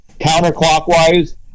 counterclockwise